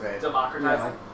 democratizing